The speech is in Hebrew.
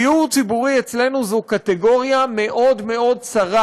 דיור ציבורי אצלנו הוא קטגוריה מאוד מאוד צרה,